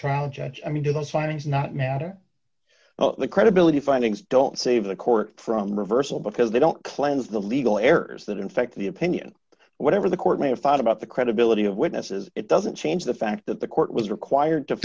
trial judge i mean do those findings not matter well the credibility findings don't save the court from reversal because they don't cleanse the legal errors that in fact the opinion whatever the court may have thought about the credibility of witnesses it doesn't change the fact that the court was required to